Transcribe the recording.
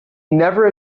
never